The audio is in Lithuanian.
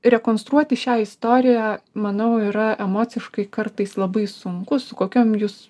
rekonstruoti šią istoriją manau yra emociškai kartais labai sunku su kokiom jūs